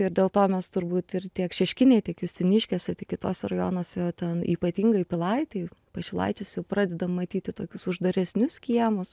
ir dėl to mes turbūt ir tiek šeškinėj tiek justiniškėse tiek kituose rajonuose ten ypatingai pilaitėj pašilaičiuose jau pradedam matyti tokius uždaresnius kiemus